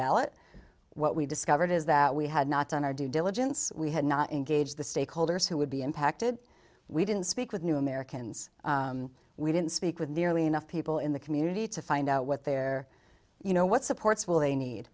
ballot what we discovered is that we had not done our due diligence we had not engage the stakeholders who would be impacted we didn't speak with new americans we didn't speak with nearly enough people in the community to find out what their you know what supports will they need